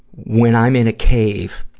when i'm in a cave,